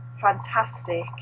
fantastic